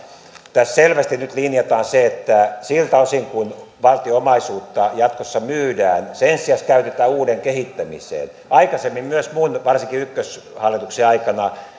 tässä selvästi nyt linjataan se että siltä osin kuin valtion omaisuutta jatkossa myydään se ensisijaisesti käytetään uuden kehittämiseen aikaisemmin myös minun hallitusteni varsinkin ykköshallitukseni aikana